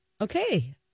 Okay